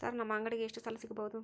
Sir ನಮ್ಮ ಅಂಗಡಿಗೆ ಎಷ್ಟು ಸಾಲ ಸಿಗಬಹುದು?